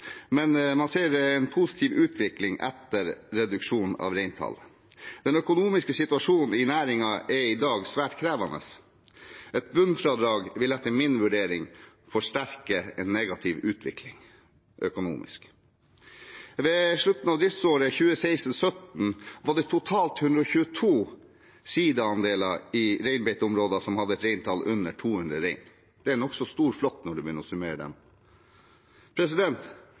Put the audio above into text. men man ser en positiv utvikling etter reduksjonen av reintallet. Den økonomiske situasjonen i næringen er i dag svært krevende, og et bunnfradrag vil etter min vurdering forsterke en negativ økonomisk utvikling. Ved slutten av driftsåret 2016/2017 var det totalt 122 sida-andeler i reinbeiteområdene som hadde et reintall på under 200 rein. Det er en nokså stor flokk når man begynner å summere dem.